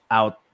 out